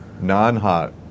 non-hot